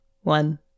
one